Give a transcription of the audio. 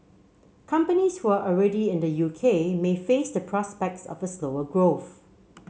companies who are already in the U K may face the prospects of a slower growth